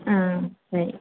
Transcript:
ಹ್ಞೂ ಸರಿ